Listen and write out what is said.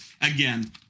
again